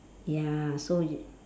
ya so y~